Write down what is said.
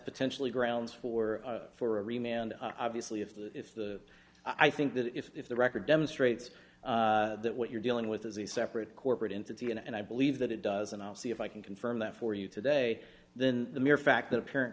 potentially grounds for for every man obviously if the if the i think that if the record demonstrates that what you're dealing with is a separate corporate entity and i believe that it does and i'll see if i can confirm that for you today then the mere fact that a parent